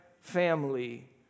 family